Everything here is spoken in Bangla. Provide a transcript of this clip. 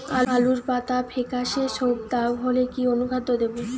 আলুর পাতা ফেকাসে ছোপদাগ হলে কি অনুখাদ্য দেবো?